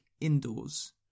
indoors